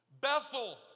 Bethel